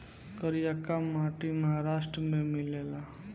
करियाका माटी महाराष्ट्र में मिलेला